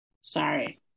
Sorry